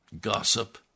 gossip